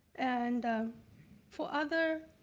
and for other